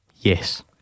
Yes